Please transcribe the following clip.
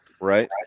Right